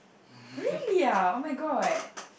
really ah oh-my-god